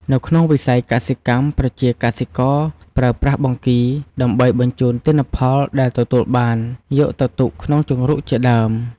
នៅក្នុងវិស័យកសិកម្មប្រជាកសិករប្រើប្រាស់បង្គីដើម្បី ជញ្ចូនទិន្នផលដែលទទួលបានយកទៅទុកក្នុងជង្រុកជាដើម។